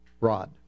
Rod